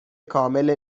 کامل